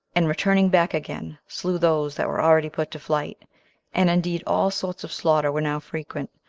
and returning back again, slew those that were already put to flight and indeed all sorts of slaughter were now frequent,